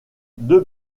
deux